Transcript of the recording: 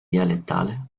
dialettale